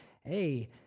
hey